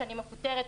אני מפוטרת,